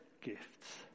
gifts